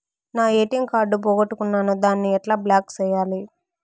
నా ATM card పోగొట్టుకున్నాను, దాన్ని ఎట్లా బ్లాక్ సేయాలి?